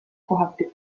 kohati